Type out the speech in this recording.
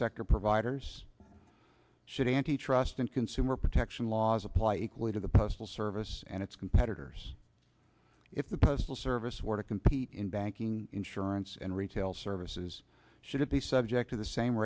sector providers should antitrust and consumer protection laws apply equally to the postal service and its competitors if the postal service were to compete in banking insurance and retail services should it be subject to the same